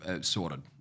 sorted